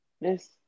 Yes